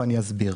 ואני אסביר.